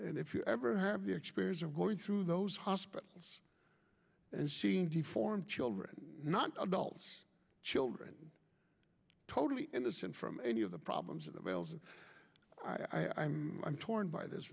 and if you ever have the experience of going through those hospitals and seeing deform children not adult children totally innocent from any of the problems of the males and i'm i'm torn by this